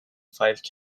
five